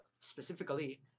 specifically